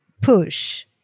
push